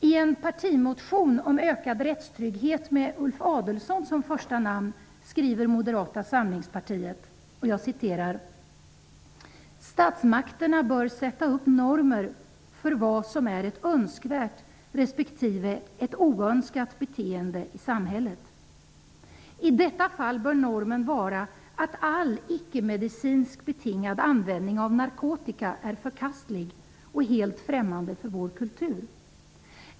I en partimotion om ökad rättstrygghet, med Ulf Adelsohn som första namn, skriver Moderata samlingspartiet: ''Statsmakterna bör sätta upp normer för vad som är ett önskvärt resp. ett oönskat beteende i samhället. I detta fall bör normen vara att all icke medicinskt betingad användning av narkotika är förkastlig och helt främmande för vår kultur.